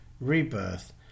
rebirth